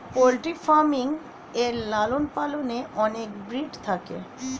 poultry farming এ লালন পালনে অনেক ব্রিড থাকে